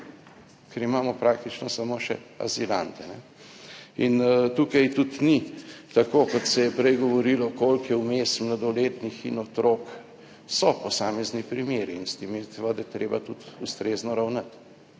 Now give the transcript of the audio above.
ker imamo praktično samo še azilante. Tukaj tudi ni tako kot se je prej govorilo koliko je vmes mladoletnih in otrok. So posamezni primeri in s tem je seveda treba tudi ustrezno ravnati,